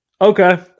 Okay